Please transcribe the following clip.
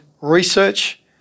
research